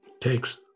takes